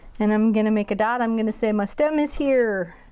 and i'm gonna make a dot. i'm gonna say my stem is here.